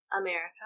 America